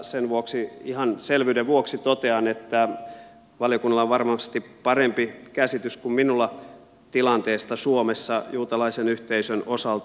sen vuoksi ihan selvyyden vuoksi totean että valiokunnalla on varmasti parempi käsitys kuin minulla tilanteesta suomessa juutalaisen yhteisön osalta